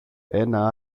ένα